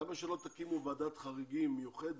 למה שלא תקימו ועדת חריגים מיוחדת